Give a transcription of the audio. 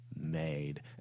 made